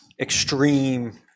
extreme